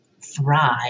thrive